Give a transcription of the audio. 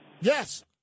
Yes